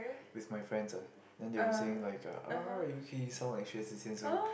with my friends ah then they were saying like uh oh you sound like Xue-Zi-Qian so